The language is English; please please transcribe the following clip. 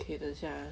okay 等一下 ah